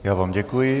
Já vám děkuji.